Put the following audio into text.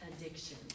addiction